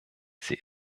sie